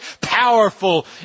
powerful